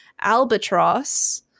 albatross